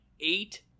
eight